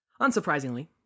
Unsurprisingly